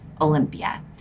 Olympia